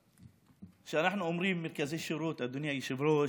כשאנחנו אומרים מרכזי שירות, אדוני היושב-ראש,